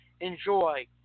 enjoy